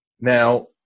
now